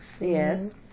Yes